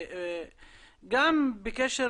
גם בקשר